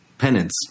Penance